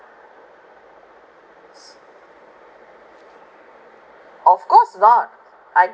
of course not I